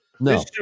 No